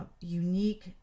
unique